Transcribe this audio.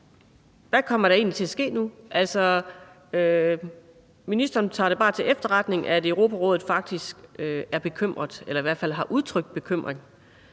Hvad kommer der egentlig til at ske nu? Altså, tager ministeren det bare til efterretning, at Europarådet faktisk er bekymret eller i hvert fald har udtrykt bekymring,